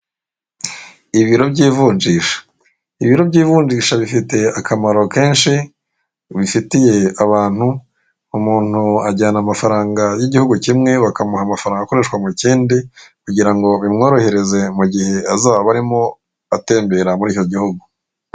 Ibiro by'ivunjisha. Ibiro by'ivunjisha bifite akamaro kenshi, bifitiye abantu, umuntu ajyana amafaranga y'igihugu kimwe bakamuha amafaranga akoreshwa mu kindi, kugira ngo bimworohereze mu gihe azaba arimo atembera muri icyo gihugu.